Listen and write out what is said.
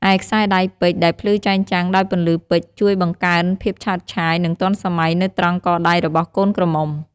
ឯខ្សែដៃពេជ្រដែលភ្លឺចែងចាំងដោយពន្លឺពេជ្រជួយបង្កើនភាពឆើតឆាយ និងទាន់សម័យនៅត្រង់កដៃរបស់កូនក្រមុំ។